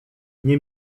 nie